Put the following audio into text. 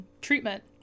treatment